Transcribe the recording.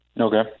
Okay